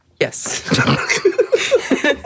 Yes